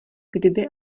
kdyby